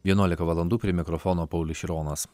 vienuolika valandų prie mikrofono paulius šironas